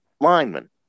linemen